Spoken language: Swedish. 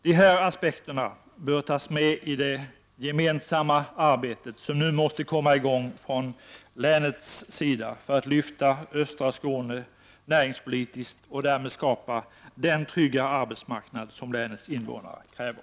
De här aspekterna bör tas med i det gemensamma arbete som nu måste komma igång från länets sida för att lyfta östra Skåne näringspolitiskt och därmed skapa den tryggare arbetsmarknad som länets invånare kräver.